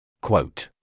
Quote